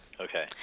Okay